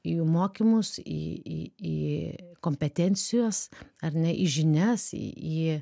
į mokymus į į į kompetencijos ar ne į žinias į į